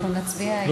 אנחנו נצביע.